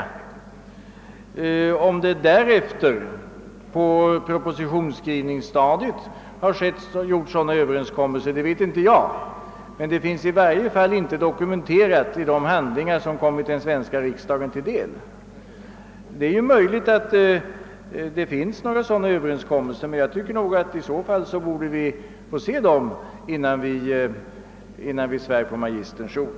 Om det på propositionsskrivningsstadiet gjorts sådana överenskommelser vet inte jag, men det finns i varje fall inte dokumenterat i de handlingar som kommit den svenska riksdagen till del. Det är naturligtvis möjligt att det finns sådana Ööverenskommelser, men i så fall borde vi få se dem innan vi svär på magisterns ord.